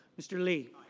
mr. langford